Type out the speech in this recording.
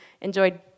enjoyed